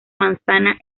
manzana